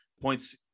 points